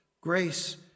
Grace